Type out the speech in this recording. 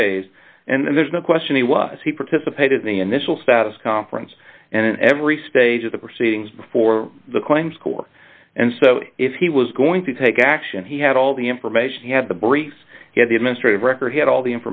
raised and there's no question he was he participated in the initial status conference and in every stage of the proceedings before the claims court and so if he was going to take action he had all the information he had the briefs he had the administrative record he had all the